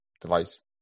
device